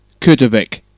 Kudovic